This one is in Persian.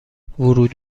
ورود